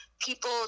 people